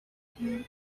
him